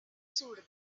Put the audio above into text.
sur